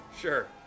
sure